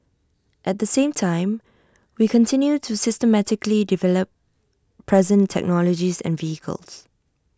at the same time we continue to systematically develop present technologies and vehicles